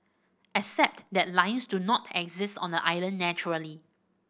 except that lions do not exist on the island naturally